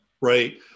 right